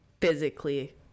physically